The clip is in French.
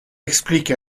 explique